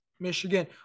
Michigan